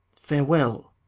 farewell.